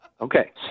Okay